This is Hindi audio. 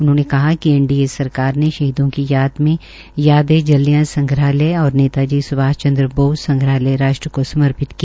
उन्होंने कहा कि एनडीए सरकार ने शहीदों की याद में याद ए जलियावाला संग्रहालय और नेता जी स्भाष चन्द्र बोस संग्रहालय राष्ट्र को समर्पित किया